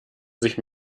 sich